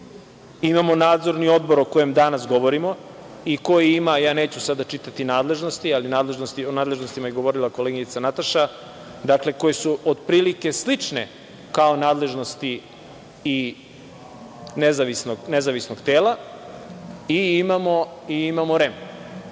Imamo Nadzorni odbor, o kojem danas govorimo i koji ima, ja neću sada čitati nadležnosti, o nadležnostima je govorila koleginica Nataša, dakle, koje su otprilike slične kao nadležnosti i nezavisnog tela, i imamo REM.